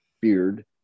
beard